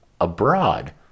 abroad